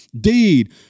deed